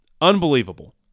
unbelievable